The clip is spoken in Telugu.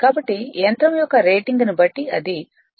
కాబట్టి యంత్రం యొక్క రేటింగ్ను బట్టి ఇది 0